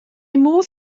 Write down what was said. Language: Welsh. modd